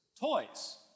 toys